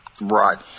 Right